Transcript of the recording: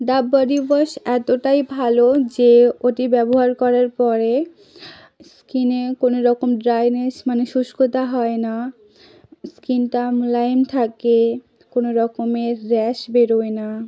ডাব body wash এতোটাই ভালো যে ওটি ব্যবহার করার পরে স্কিনে কোনো রকম ড্রাইনেস মানে শুষ্কতা হয় না স্কিনটা মোলায়েম থাকে কোনো রকমের র্যাশ বেরোয় না